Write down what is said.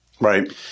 right